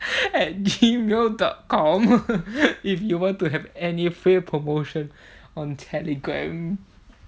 at gmail dot com if you want to have any free promotion on telegram